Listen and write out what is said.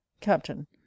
captain